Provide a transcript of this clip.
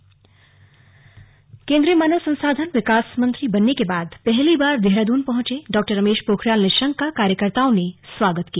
slug Nishank केंद्रीय मानव संसाधन विकास मंत्री बनने के बाद पहली बार देहरादून पहुंचे डॉ रमेश पोखरियाल निशंक का कार्यकर्ताओं ने स्वागत किया